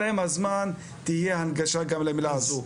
אבל עם הזמן תהיה הנגשה גם למילה הזו.